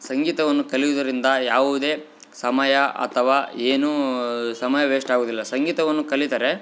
ಸಂಗೀತವನ್ನು ಕಲಿಯುದರಿಂದ ಯಾವುದೇ ಸಮಯ ಅಥವಾ ಏನೂ ಸಮಯ ವೆಸ್ಟ್ ಆಗುವುದಿಲ್ಲ ಸಂಗೀತವನ್ನು ಕಲಿತರೆ